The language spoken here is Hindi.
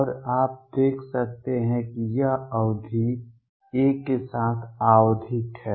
और आप देख सकते हैं कि यह अवधि a के साथ आवधिक है